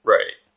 Right